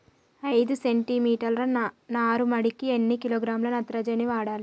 ఐదు సెంటి మీటర్ల నారుమడికి ఎన్ని కిలోగ్రాముల నత్రజని వాడాలి?